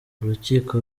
urukiko